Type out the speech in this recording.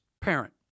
parent